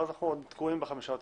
אנחנו עוד תקועים בחמישה עותקים.